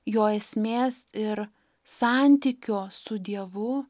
jo esmės ir santykio su dievu